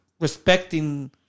respecting